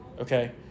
okay